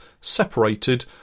separated